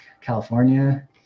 california